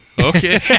okay